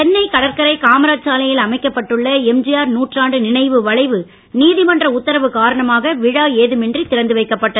சென்னை கடற்கரை காமராஜ் சாலையில் அமைக்கப்பட்டுள்ள எம்ஜிஆர் நூற்றாண்டு நினைவு வளைவு நீதிமன்ற உத்தரவு காரணமாக விழா ஏதுமின்றி திறந்து வைக்கப்பட்டது